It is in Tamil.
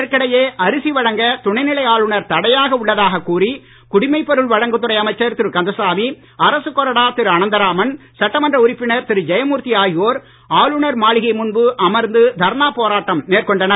இதற்கிடையே அரிசி வழங்க துணை நிலை ஆளுநர் தடையாக உள்ளதாக கூறி குடிமைப்பொருள் வழங்குத் துறை அமைச்சர் திரு கந்தசாமி அரசுக் கொறடா திரு அனந்தராமன் சட்டமன்ற உறுப்பினர் திரு ஜெயமூர்த்தி ஆகியோர் ஆளுநர் மாளிகை முன்பு அமர்ந்து தர்ணா போராட்டம் மேற்கொண்டனர்